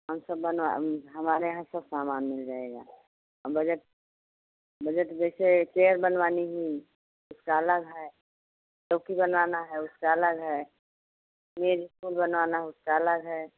हम सब बनवा हमारे यहाँ सब समान मिल जाएगा आ बजट बजट जैसे चेयर बनवानी हुई उसका अलग है चौकी बनवाना है उसका अलग है मेज़ स्टूल बनवाना है उसका अलग है